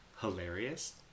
hilarious